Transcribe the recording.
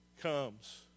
comes